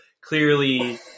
clearly